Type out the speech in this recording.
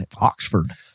Oxford